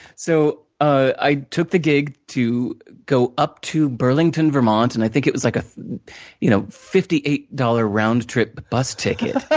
so, i took the gig, to go up to burlington, vermont. and, i think it was like a you know fifty eight dollars round trip bus ticket ah